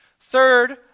Third